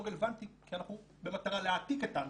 רלוונטי כי אנחנו במטרה להעתיק את האנטנה,